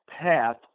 path